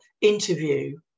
interview